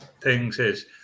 things—is